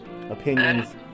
opinions